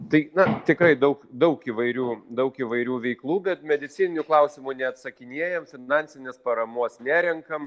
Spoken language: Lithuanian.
tai na tikrai daug daug įvairių daug įvairių veiklų bet medicininių klausimų neatsakinėjam finansinės paramos nerenkam